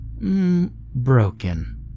Broken